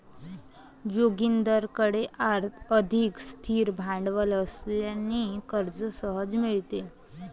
जोगिंदरकडे अधिक स्थिर भांडवल असल्याने कर्ज सहज मिळते